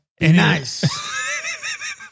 Nice